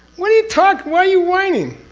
what are you talking. why are you whining?